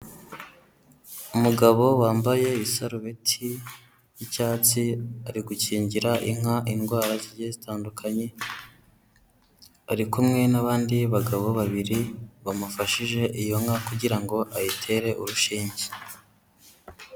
Umugabo wambaye isarubeti y'icyatsi ari gukingira inka indwara zigiye zitandukanye, ari kumwe n'abandi bagabo babiri bamufashije iyo nka kugira ngo ayitere urushinge.